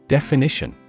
Definition